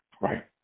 right